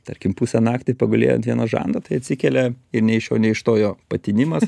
tarkim pusę naktį pagulėjo ant vieno žando tai atsikelia ir ne iš šio ne iš to jo patinimas